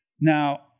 Now